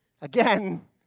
Again